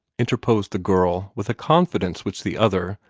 interposed the girl, with a confidence which the other,